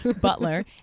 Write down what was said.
Butler